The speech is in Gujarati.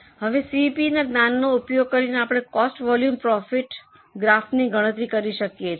હવે સીવીપીના જ્ઞાનનો ઉપયોગ કરીને આપણે કોસ્ટ વોલ્યુમ પ્રોફિટ ગ્રાફની ગણતરી કરી શકીએ છીએ